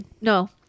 no